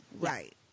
Right